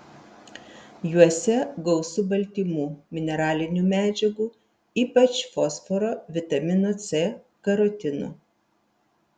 juose gausu baltymų mineralinių medžiagų ypač fosforo vitamino c karotino